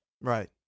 Right